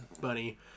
bunny